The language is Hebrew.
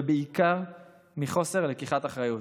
ובעיקר מחוסר לקיחת אחריות.